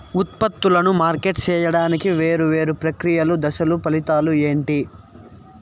ఉత్పత్తులను మార్కెట్ సేయడానికి వేరువేరు ప్రక్రియలు దశలు ఫలితాలు ఏంటి?